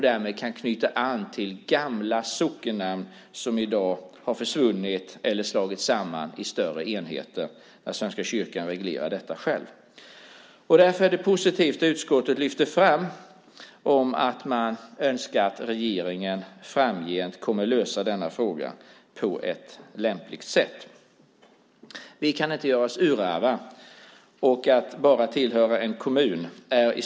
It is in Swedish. Därmed kan vi knyta an till gamla sockennamn som i dag har försvunnit eller slagits samman i större enheter när svenska kyrkan reglerar detta själv. Därför är det positivt att utskottet lyfter fram att man önskar att regeringen framgent löser frågan på lämpligt sätt. Vi kan inte göra oss urarva genom att bara tillhöra en kommun.